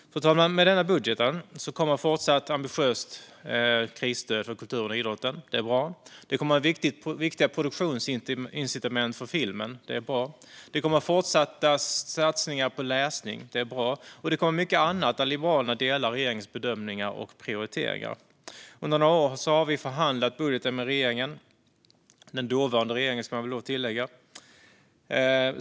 Fru talman! Med denna budget kommer ett fortsatt ambitiöst krisstöd för kulturen och idrotten. Det är bra. Det kommer viktiga produktionsincitament för filmen. Det är bra. Det kommer fortsatta satsningar på läsning. Det är bra. Det kommer mycket annat där Liberalerna delar regeringens bedömningar och prioriteringar. Under några år har vi förhandlat budgeten med regeringen, den dåvarande ska tilläggas.